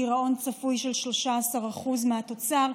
גירעון צפוי של 13% מהתוצר,